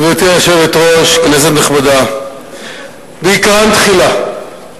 גברתי היושבת-ראש, כנסת נכבדה, ועיקרן תחילה,